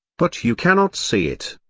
but you cannot see it.